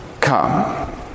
come